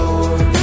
Lord